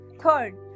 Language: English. Third